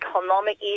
economic